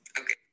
Okay